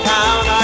Town